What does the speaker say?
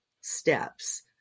steps